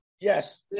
yes